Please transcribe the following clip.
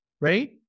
right